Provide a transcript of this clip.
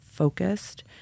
Focused